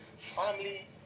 family